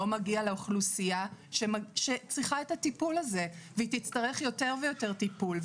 לא מגיע לאוכלוסייה שצריכה את הטיפול הזה והיא תצטרך יותר ויותר טיפול,